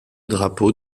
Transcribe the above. drapeau